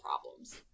problems